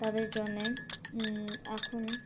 তাদের জন্যে এখন